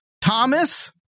Thomas